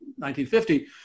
1950